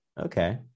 Okay